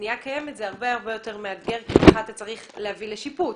בבנייה קיימת זה הרבה יותר מאתגר כי אתה צריך להביא לשיפוץ.